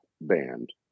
band